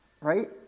right